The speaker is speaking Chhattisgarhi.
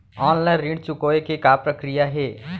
ऑनलाइन ऋण चुकोय के का प्रक्रिया हे?